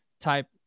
type